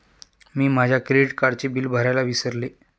मी माझ्या क्रेडिट कार्डचे बिल भरायला विसरले